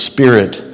Spirit